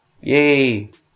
Yay